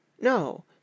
No